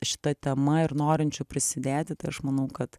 šita tema ir norinčių prisidėti tai aš manau kad